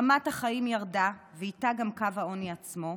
רמת החיים ירדה ואיתה גם קו העוני עצמו,